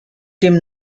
dem